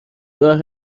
راه